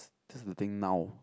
that's the thing now